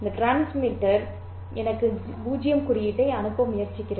transmitter எனக்கு 0 குறியீட்டை அனுப்ப முயற்சிக்கிறது